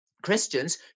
Christians